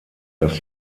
dass